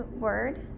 word